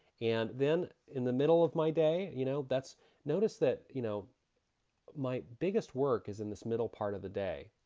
and then in the middle of my day, you know, notice that you know my biggest work is in this middle part of the day.